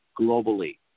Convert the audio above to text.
globally